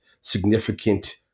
significant